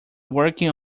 working